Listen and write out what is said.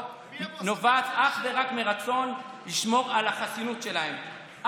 נובעת אך ורק מרצון לשמור על החסינות שלהם,